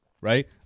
right